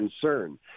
concern